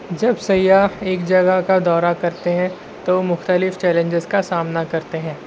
جب سیاح ایک جگہ کا دورہ کرتے ہیں تو مختلف چیلنجز کا سامنا کرتے ہیں